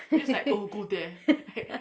hehehe hehe